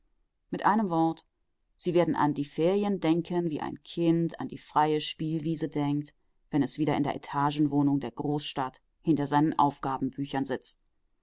mit einem wort sie werden an die ferien denken wie ein kind an die freie spielwiese denkt wenn es wieder in der etagenwohnung der großstadt hinter seinen aufgabenbüchern sitzt